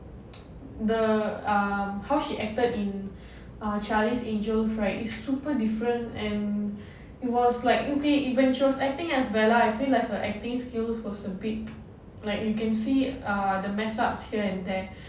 the um how she acted in charlie's angels right is super different and it was like okay when she was acting as bella I feel like her acting skills was a bit like you can see the mess ups here and there